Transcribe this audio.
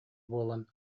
буолан